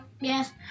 yes